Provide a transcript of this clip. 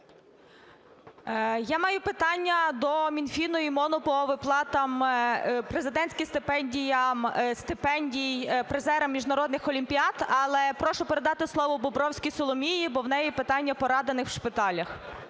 Я маю питання до Мінфіну і МОНу по виплатам президентських стипендій призерам міжнародних олімпіад, але прошу передати слово Бобровській Соломії, бо в неї питання поранених в шпиталях.